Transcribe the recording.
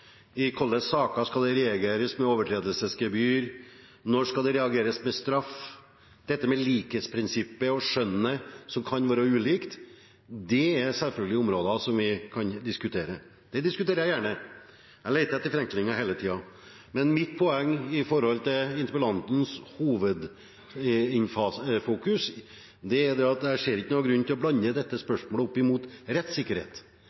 skal reageres med straff, dette med likhetsprinsippet og skjønnet, som kan være ulikt, er dette selvfølgelig områder som vi kan diskutere. Det diskuterer jeg gjerne. Jeg leter etter forenklinger hele tiden. Men mitt poeng i forbindelse med interpellantens hovedfokus er at jeg ser ikke noen grunn til å sette dette